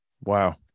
Wow